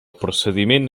procediment